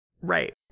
Right